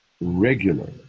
regular